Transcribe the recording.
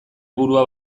burua